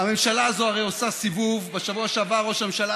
הממשלה משבחת